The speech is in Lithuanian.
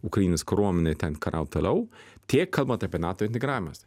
ukrainos kariuomenė ten kariaut toliau tiek kalbant apie nato integravimas